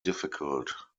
difficult